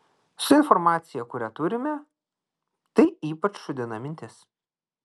su informacija kurią turime tai ypač šūdina mintis